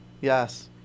Yes